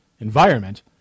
environment